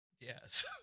yes